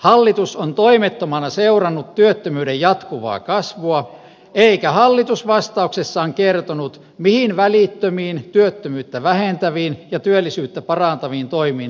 hallitus on toimettomana seurannut työttömyyden jatkuvaa kasvua eikä hallitus vastauksessaan kertonut mihin välittömiin työttömyyttä vähentäviin ja työllisyyttä parantaviin toimiin hallitus ryhtyy